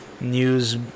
news